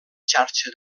xarxa